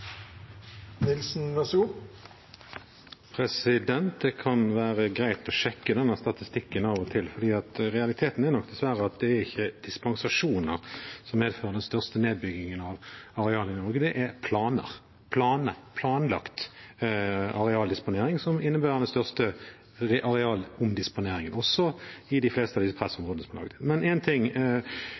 Det kan være greit å sjekke den statistikken av og til, for realiteten er nok dessverre at det ikke er dispensasjoner som medfører den største nedbyggingen av areal i Norge, det er planer. Det er planlagt arealdisponering som innebærer den største arealomdisponeringen, også i de fleste av disse pressområdene.